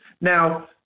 Now